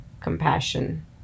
compassion